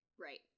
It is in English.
Right